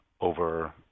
over